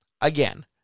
Again